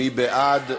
מי בעד?